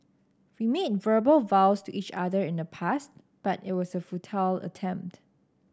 we made verbal vows to each other in the past but it was a futile attempt